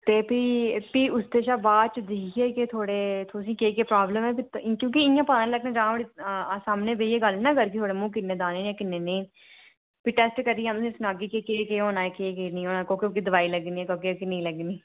ते प्ही उसदे दे बाद दिखगे ते केह् केह् थुहाड़े तुसेंगी केह् केह् प्रॉब्लम ऐ क्योंकि इं'या पता निं लगदा ऐ सामनै बेहियै गल्ल करगे ना कि'न्ने दाने न कि'न्ने नेईं प्ही टैस्ट करियै अं'ऊ तुसेंगी सनागी केह केह् होना ऐ केह् केह् नेईं कोह्की कोह्की दोआई लग्गनी कोह्की कोह्की नेईं